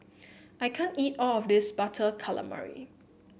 I can't eat all of this Butter Calamari